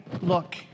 look